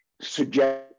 suggest